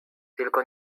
tylko